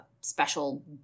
special